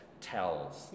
tells